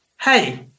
hey